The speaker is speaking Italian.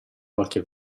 qualche